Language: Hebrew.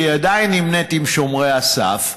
שעדיין נמנית עם שומרי הסף?